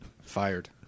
fired